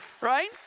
Right